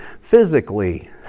physically